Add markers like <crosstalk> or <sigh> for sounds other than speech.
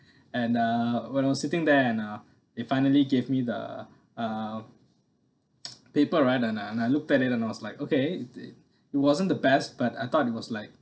and uh when I was sitting there and uh it finally gave me the uh <noise> paper right and I and I looked at it and I was like okay it it wasn't the best but I thought it was like